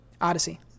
Odyssey